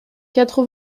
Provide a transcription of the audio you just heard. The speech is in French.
quatre